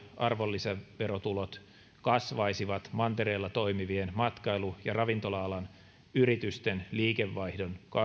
ja arvonlisäverotulot kasvaisivat mantereella toimivien matkailu ja ravintola alan yritysten liikevaihdon kasvun myötä